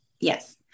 Yes